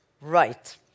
right